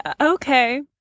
okay